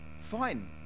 fine